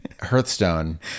hearthstone